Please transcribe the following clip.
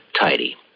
tidy